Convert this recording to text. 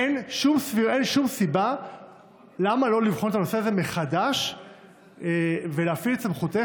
אין שום סיבה לא לבחון את הנושא הזה מחדש ולהפעיל את סמכותך